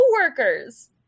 coworkers